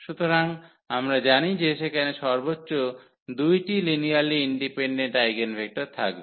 সুতরাং আমরা জানি যে সেখানে সর্বোচ্চ 2 টি লিনিয়ারলি ইন্ডিপেন্ডেন্ট আইগেনভেক্টর থাকবে